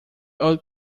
old